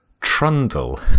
trundle